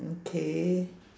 okay